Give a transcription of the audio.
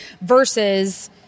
versus